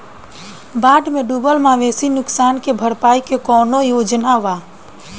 बाढ़ में डुबल मवेशी नुकसान के भरपाई के कौनो योजना वा?